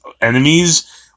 enemies